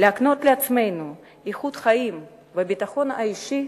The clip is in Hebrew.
להקנות לעצמנו איכות חיים וביטחון אישי,